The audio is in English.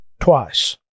twice